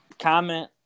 comment